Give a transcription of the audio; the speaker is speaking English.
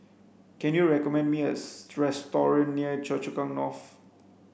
can you recommend me a restaurant near Choa Chu Kang North